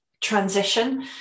transition